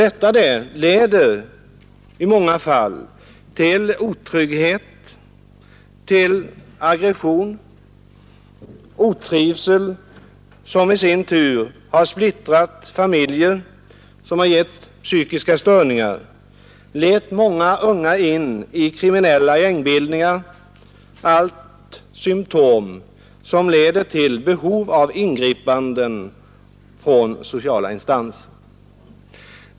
Detta leder i många fall till otrygghet, aggression och otrivsel, något som i sin tur splittrar familjer, ger psykiska störningar och för många unga in i kriminella gängbildningar — allt symtom som gör att behov av ingripanden från sociala instanser uppkommer.